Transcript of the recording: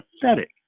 pathetic